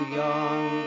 young